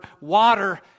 water